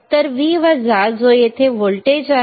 तर V जो येथे व्होल्टेज आहे